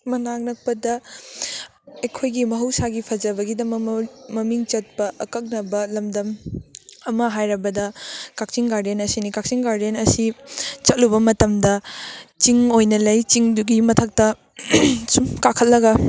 ꯃꯅꯥꯛ ꯅꯛꯄꯗ ꯑꯩꯈꯣꯏꯒꯤ ꯃꯍꯧꯁꯥꯒꯤ ꯐꯖꯕꯒꯤꯗꯃꯛ ꯃꯃꯤꯡ ꯆꯠꯄ ꯑꯀꯛꯅꯕ ꯂꯝꯗꯝ ꯑꯃ ꯍꯥꯏꯔꯕꯗ ꯀꯛꯆꯤꯡ ꯒꯥꯔꯗꯦꯟ ꯑꯁꯤꯅꯤ ꯀꯛꯆꯤꯡ ꯒꯥꯔꯗꯦꯟ ꯑꯁꯤ ꯆꯠꯂꯨꯕ ꯃꯇꯝꯗ ꯆꯤꯡ ꯑꯣꯏꯅ ꯂꯩ ꯆꯤꯡꯗꯨꯒꯤ ꯃꯊꯛꯇ ꯁꯨꯝ ꯀꯥꯈꯠꯂꯒ